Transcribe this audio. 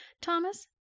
Thomas